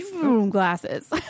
glasses